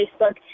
Facebook